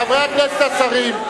חברי הכנסת השרים.